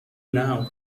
now